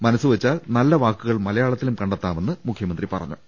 മനസ്സുവെച്ചാൽ നല്ല വാക്കുകൾ മലയാളത്തിലും കണ്ടെത്താമെന്നും മുഖ്യമന്ത്രി പറഞ്ഞു